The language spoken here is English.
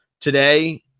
today